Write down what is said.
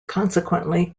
consequently